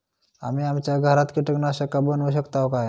आम्ही आमच्या घरात कीटकनाशका बनवू शकताव काय?